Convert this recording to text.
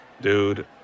Dude